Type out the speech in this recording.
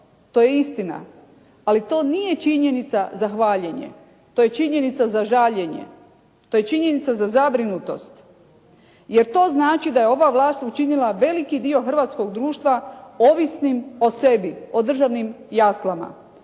To je istina. Ali to nije činjenica za hvaljenje. To je činjenica za žaljenje, to je činjenica za zabrinutost. Jer to znači da je ova vlast učinila veliki dio hrvatskog društva ovisnim o sebi, o državnim jaslama.